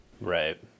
Right